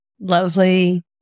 Lovely